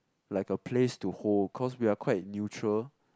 like a place to hold cause we are quite neutral